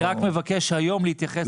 אני רק מבקש להתייחס היום לזה,